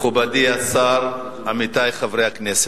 גברתי היושבת-ראש, מכובדי השר, עמיתי חברי הכנסת,